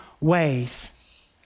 ways